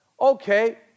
Okay